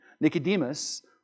Nicodemus